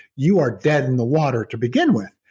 you are dead in the water to begin with,